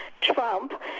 Trump